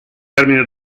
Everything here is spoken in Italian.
termine